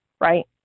right